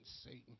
Satan